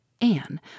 Anne